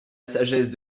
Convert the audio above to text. sagesse